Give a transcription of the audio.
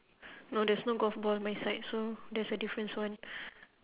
no there's no golf ball on my side so there's a difference one